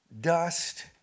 dust